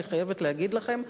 אני חייבת להגיד לכם,